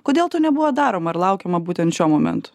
kodėl to nebuvo daroma ir laukiama būtent šio momentu